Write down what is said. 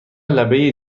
لبه